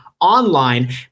online